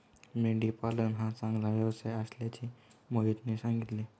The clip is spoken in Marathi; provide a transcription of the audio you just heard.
मेंढी पालन हा चांगला व्यवसाय असल्याचे मोहितने सांगितले